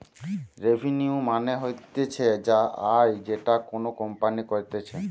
revenue মানে হতিছে আয় যেটা কোনো কোম্পানি করতিছে